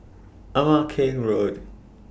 Ama Keng Road